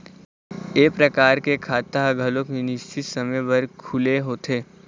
ए परकार के खाता ह घलोक निस्चित समे बर खुले होथे